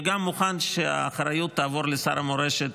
וגם מוכן שהאחריות תעבור לשר המורשת,